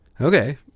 Okay